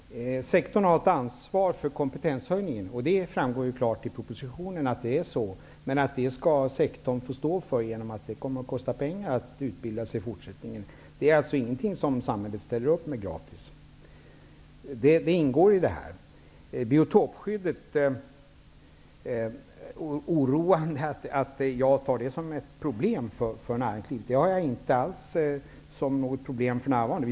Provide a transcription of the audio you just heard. Herr talman! Sektorn har ett ansvar för kompetenshöjningen. Det framgår klart i propositionen. Sektorn skall få stå för det genom att det kommer att kosta pengar att utbilda sig i fortsättningen. Det är alltså inte något som samhället ställer upp med gratis. Det ingår i detta. Att jag skulle anse biotopskyddet vara ett problem för näringslivet är inte riktigt. Jag ser det inte alls som något problem för närvarande.